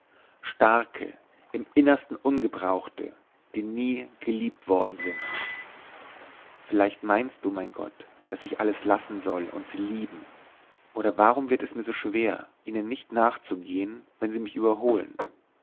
starke im innersten ungebrauchte die nie geliebt worden sind vielleicht meinst du mein gott daß ich alles lassen soll und sie lieben oder warum wird es mir so schwer ihnen nicht nachzugehen wenn sie mich überholen